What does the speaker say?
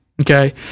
okay